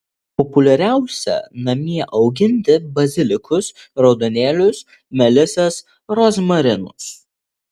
populiariausia namie auginti bazilikus raudonėlius melisas rozmarinus